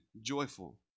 joyful